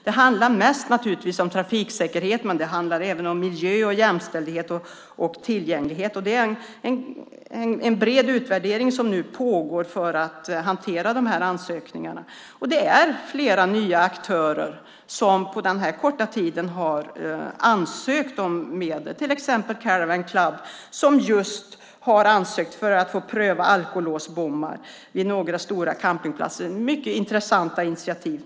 Det handlar naturligtvis mest om trafiksäkerhet, men det handlar även om miljö, jämställdhet och tillgänglighet. Det är en bred utvärdering som nu pågår för att hantera de här ansökningarna. Det är flera nya aktörer som på den här korta tiden har ansökt om medel, till exempel Caravan Club, som just har ansökt för att få pröva alkolåsbommar vid några stora campingplatser. Det är ett mycket intressant initiativ.